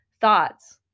thoughts